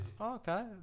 Okay